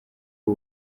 ubu